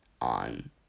on